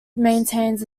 maintains